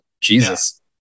Jesus